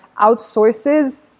outsources